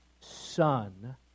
son